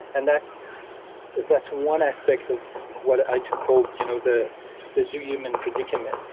and that's that's one aspect of what i too called you know the the zoo human predicament.